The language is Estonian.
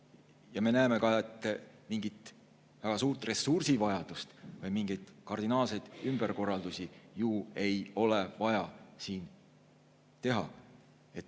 Me näeme ka, et mingit väga suurt ressursivajadust või mingeid kardinaalseid ümberkorraldusi ei ole siin vaja.